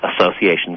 associations